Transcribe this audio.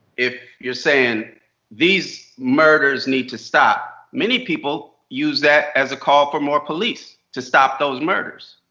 if you're saying these murders need to stop. many people use that as a call for more police. to stop those murders.